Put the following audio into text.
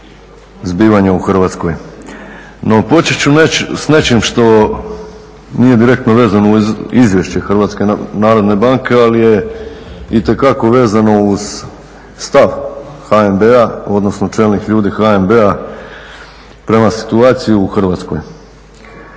zbivanja u Hrvatskoj. No, počet ću s nečim što nije direktno vezano uz Izvješće HNB-a ali je itekako vezano uz stav HNB-a odnosno čelnih ljudi HNB-a prema situaciji u Hrvatskoj.